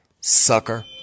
sucker